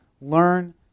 learn